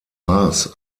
mars